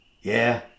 Yeah